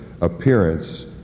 appearance